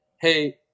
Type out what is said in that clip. hey